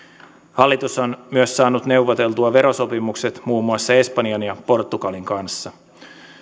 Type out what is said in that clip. hallitus on myös saanut neuvoteltua verosopimukset muun muassa espanjan ja portugalin kanssa